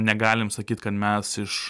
negalim sakyt kad mes iš